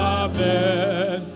amen